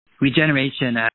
Regeneration